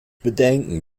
bedenken